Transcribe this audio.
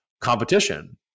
competition